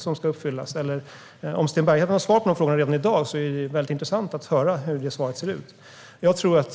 Om Sten Bergheden har svar på dessa frågor redan i dag vore det väldigt intressant att få höra.